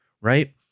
right